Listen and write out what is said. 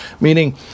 Meaning